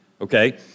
okay